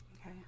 Okay